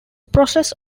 process